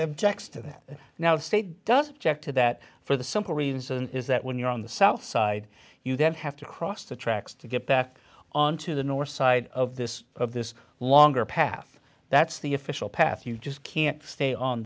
jaxtr that now the state does object to that for the simple reason is that when you're on the south side you don't have to cross the tracks to get back onto the north side of this of this longer path that's the official path you just can't stay on